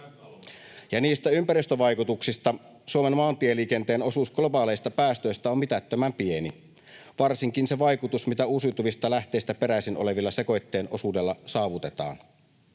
niistä ympäristövaikutuksista: Suomen maantieliikenteen osuus globaaleista päästöistä on mitättömän pieni, varsinkin se vaikutus, mitä uusiutuvista lähteistä peräisin olevalla sekoitteen osuudella saavutetaan,